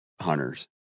hunters